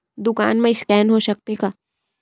दुकान मा स्कैन हो सकत हे का?